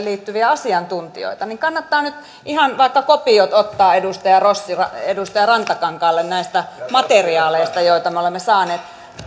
liittyviä asiantuntijoita kannattaa nyt ihan vaikka kopiot ottaa edustaja rossi edustaja rantakankaalle näistä materiaaleista joita me olemme saaneet